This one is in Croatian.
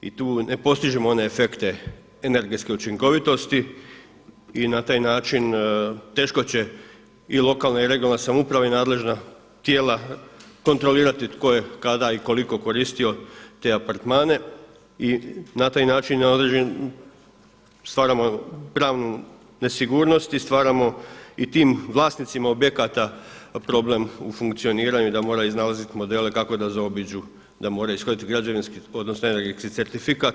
I tu ne postižemo one efekte energetske učinkovitosti i na taj način teško će i lokalna i regionalna samouprava i nadležna tijela kontrolirati tko je, kada i koliko koristio te apartmane i na taj način, na određen stvaramo pravnu nesigurnost i stvaramo i tim vlasnicima objekata problem u funkcioniranju, da mora iznalaziti modele kako da zaobiđu, da mora ishoditi građevinski odnosno energetski certifikat.